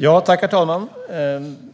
Herr talman!